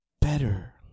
better